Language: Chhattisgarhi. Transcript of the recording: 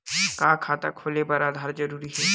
का खाता खोले बर आधार जरूरी हे?